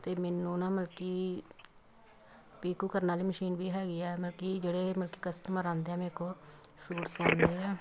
ਅਤੇ ਮੈਨੂੰ ਨਾ ਮਲਕੀ ਪੀਕੋ ਕਰਨ ਵਾਲੀ ਮਸ਼ੀਨ ਵੀ ਹੈਗੀ ਆ ਮਲਕੀ ਜਿਹੜੇ ਮਲਕੀ ਕਸਟਮਰ ਆਉਂਦੇ ਆ ਮੇਰੇ ਕੋਲ ਸੂਟ ਸਿਲਾਉਂਦੇ ਹਾਂ